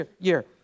year